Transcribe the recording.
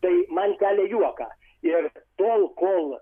tai man kelia juoką ir tol kol